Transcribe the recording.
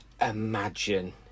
imagine